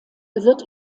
wird